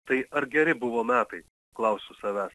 tai ar geri buvo metai klausiu savęs